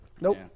Nope